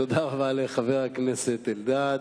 תודה רבה לחבר הכנסת אלדד.